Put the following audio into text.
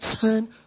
turn